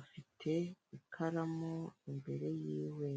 afite ikaramu imbere yiwe.